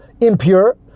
impure